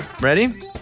Ready